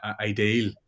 ideal